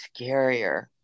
scarier